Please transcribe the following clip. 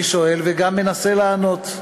אני שואל וגם מנסה לענות.